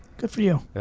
good for you.